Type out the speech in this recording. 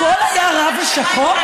הכול היה רע ושחור?